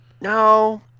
No